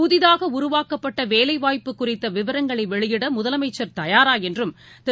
புதிதாகஉருவாக்கப்பட்டவேலைவாய்ப்பு குறித்தவிவரங்களைவெளியிடமுதலமைச்சர் தயாராஎன்றும் திரு